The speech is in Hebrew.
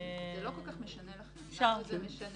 זה לא כל כך משנה לכם, לנו זה משנה.